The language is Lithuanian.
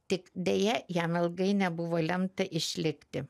tik deja jam ilgai nebuvo lemta išlikti